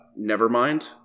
Nevermind